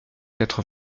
quatre